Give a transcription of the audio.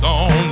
on